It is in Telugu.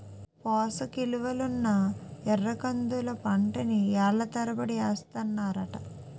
పోసకిలువలున్న ఎర్రకందుల పంటని ఏళ్ళ తరబడి ఏస్తన్నారట